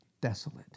desolate